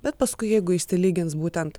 bet paskui jeigu išsilygins būtent